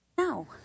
No